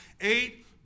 Eight